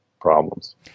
problems